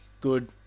good